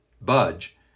budge